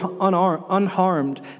unharmed